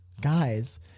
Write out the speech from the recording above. guys